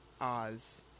Oz